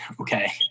Okay